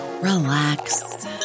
relax